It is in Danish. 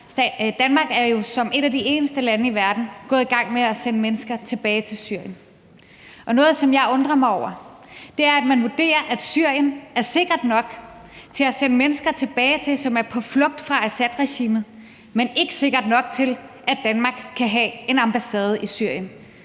Danmark jo som et af de eneste lande i verden er gået i gang med at sende mennesker tilbage til Syrien. Noget, som jeg undrer mig over, er, at man vurderer, at Syrien er sikkert nok at sende mennesker, som er på flugt fra Assadregimet, tilbage til, men ikke sikkert nok til, at Danmark kan have en ambassade i Syrien.